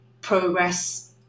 progress